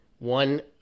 one